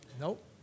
Nope